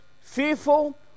fearful